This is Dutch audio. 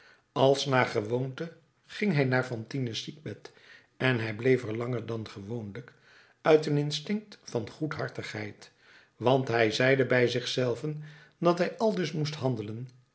als naar gewoonte ging hij naar fantine's ziekbed en hij bleef er langer dan gewoonlijk uit een instinct van goedhartigheid want hij zeide bij zich zelven dat hij aldus moest handelen